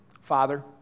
father